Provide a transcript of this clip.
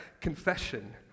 confession